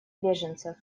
беженцев